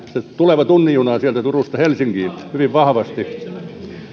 tuleva tunnin juna turusta helsinkiin hyvin vahvasti